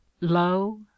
Lo